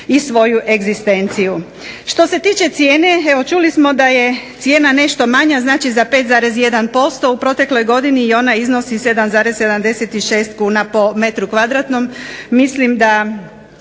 i svoju egzistenciju. Što se tiče cijene, čuli smo da je cijena nešto manja za 5,1% u protekloj godini i ona iznosi 7,76 kuna po metru kvadratnom, mislim da